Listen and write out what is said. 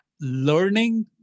learning